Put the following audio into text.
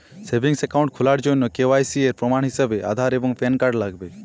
savings account খোলার জন্য KYC এর প্রমাণ হিসেবে আধার এবং প্যান কার্ড লাগবে